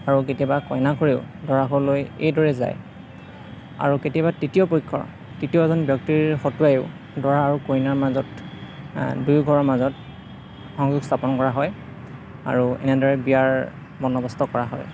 আৰু কেতিয়াবা কইনাঘৰেও দৰা ঘৰলৈ এইদৰে যায় আৰু কেতিয়াবা তৃতীয় পক্ষৰ তৃতীয়জন ব্যক্তিৰ হতুৱাইয়ো দৰা আৰু কইনা মাজত দুয়ো ঘৰৰ মাজত সংযোগ স্থাপন কৰা হয় আৰু এনেদৰে বিয়াৰ বন্দৱস্ত কৰা হয়